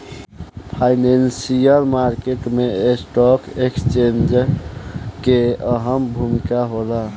financial market में stock exchange के अहम भूमिका होला